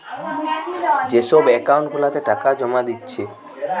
যে সব একাউন্ট গুলাতে টাকা জোমা দিচ্ছে